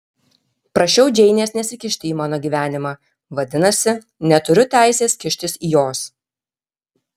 prašiau džeinės nesikišti į mano gyvenimą vadinasi neturiu teisės kištis į jos